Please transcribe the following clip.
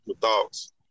thoughts